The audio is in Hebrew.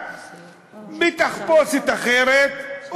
בתחפושת אחרת,